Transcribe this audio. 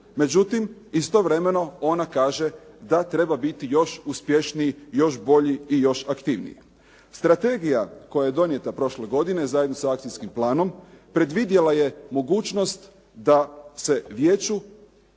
međutim istovremeno ona kaže da treba biti još uspješniji, još bolji i još aktivniji. Strategija koja je donijeta prošle godine zajedno sa akcijskim planom predvidjela je mogućnost da se vijeću